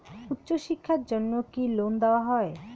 উচ্চশিক্ষার জন্য কি লোন দেওয়া হয়?